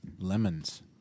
Lemons